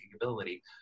ability